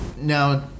now